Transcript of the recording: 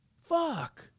fuck